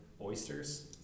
oysters